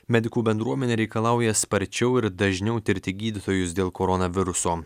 medikų bendruomenė reikalauja sparčiau ir dažniau tirti gydytojus dėl koronaviruso